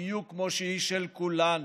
בדיוק כמו שהיא של כולנו.